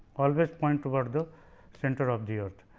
always point toward the centre of the earth.